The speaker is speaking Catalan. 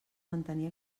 mantenir